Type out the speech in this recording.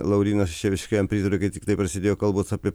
laurynas čia reiškia jam pritariu kai tiktai prasidėjo kalbos apie